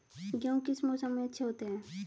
गेहूँ किस मौसम में अच्छे होते हैं?